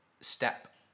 step